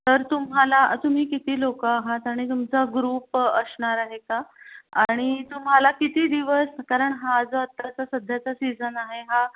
तर तुम्हाला अ तुम्ही किती लोकं आहात आणि तुमचा ग्रुप असणार आहे का आणि तुम्हाला किती दिवस कारण हा जो आताचा सध्याचा सीझन आहे हा